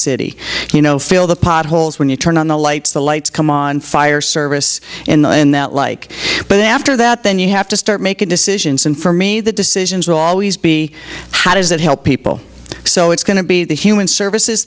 city you know fill the potholes when you turn on the lights the lights come on fire service in the end that like but after that then you have to start making decisions and for me the decisions will always be how does that help people so it's going to be the human services